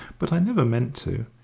but i never meant to.